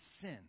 sin